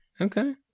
Okay